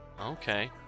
Okay